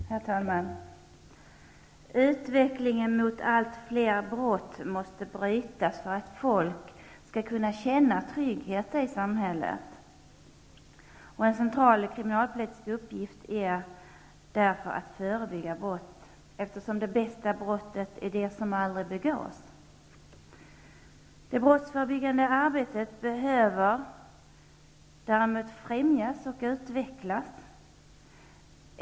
Herr talman! Utvecklingen mot allt fler brott måste brytas för att folk skall kunna känna trygghet i samhället. Det är en central kriminalpolitisk uppgift att förebygga brott, därför det bästa brottet är det som aldrig begås. Det brottsförebyggande arbetet behöver alltså främjas och utvecklas.